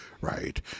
Right